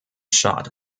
shot